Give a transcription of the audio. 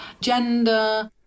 gender